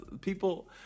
people